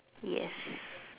yes